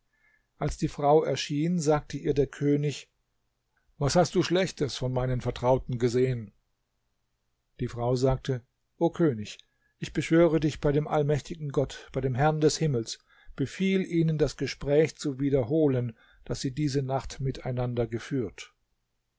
als die frau erschien sagte ihr der könig was hast du schlechtes von meinen vertrauten gesehen die frau sagte o könig ich beschwöre dich bei dem allmächtigen gott bei dem herrn des himmels befiehl ihnen das gespräch zu wiederholen das sie diese nacht miteinander geführt